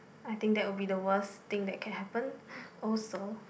I think that would be the worst thing that can happen also